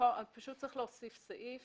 צריך להוסיף סעיף